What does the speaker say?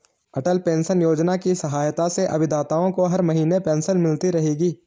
अटल pension योजना की सहायता से अभिदाताओं को हर महीने पेंशन मिलती रहेगी